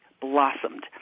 blossomed